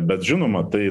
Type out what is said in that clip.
bet žinoma tai